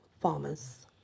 farmers